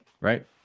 right